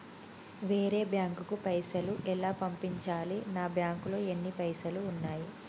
వేరే బ్యాంకుకు పైసలు ఎలా పంపించాలి? నా బ్యాంకులో ఎన్ని పైసలు ఉన్నాయి?